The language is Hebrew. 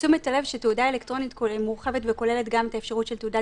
תשומת הלב: תעודה אלקטרונית כוללת מורחבת וכוללת גם את האפשרות של תעודת